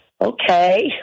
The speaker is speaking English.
okay